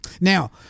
Now